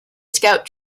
scout